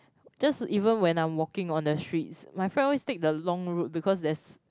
just even when I walking on the streets my friend always take a long road because there's